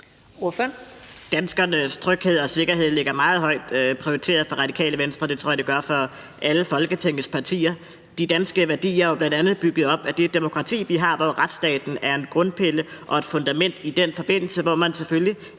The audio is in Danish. Danskernes tryghed og sikkerhed ligger meget højt prioriteret fra Radikale Venstres side. Det tror jeg det gør for alle Folketingets partier. De danske værdier er bl.a. bygget op af det demokrati, vi har, hvor retsstaten er en grundpille og et fundament i den forbindelse, hvor man selvfølgelig